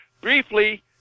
briefly